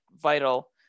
vital